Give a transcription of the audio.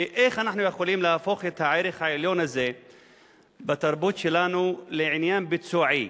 איך אנחנו יכולים להפוך את הערך העליון הזה בתרבות שלנו לעניין ביצועי.